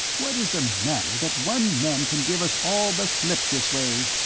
what is the matter that one man can give us all the slip this way?